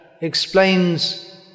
explains